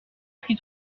huit